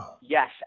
yes